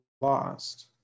lost